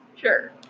Sure